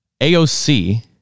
AOC